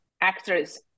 actors